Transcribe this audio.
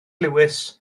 lewis